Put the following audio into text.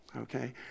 okay